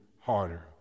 harder